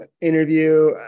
interview